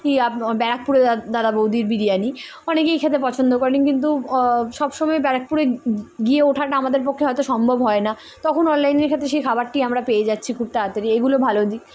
কি আ ব্যারাকপুরের দাদা বৌদির বিরিয়ানি অনেকেই খেতে পছন্দ করেন কিন্তু সব সময় বারাকপুরে গিয়ে ওঠাটা আমাদের পক্ষে হয়তো সম্ভব হয় না তখন অনলাইনের ক খেতে সেই খাবারটি আমরা পেয়ে যাচ্ছি খুুর তাড়াতাড়ি এগুলো ভালো দিক